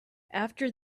after